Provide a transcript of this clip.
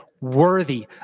worthy